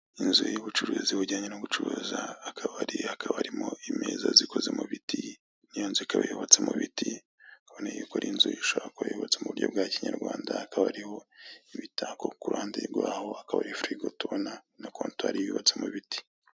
Inzu y'ubucuruzi bujyanye no gucuruza akabari hakaba arimo imeza zikoze mu biti, iyo nzu ikaba yubatse mu biti, ukabona yuko ari inzu ishobora kuba yubatse mu buryo bwa Kinyarwanda, hakaba ariho imitako ku ruhande rwahokaba ari firigo tubona na contoir yubatse mu biti.